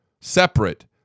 separate